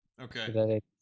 Okay